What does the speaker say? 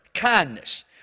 kindness